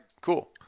cool